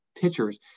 pitchers